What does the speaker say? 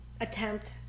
Attempt